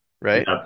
Right